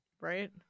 right